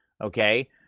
okay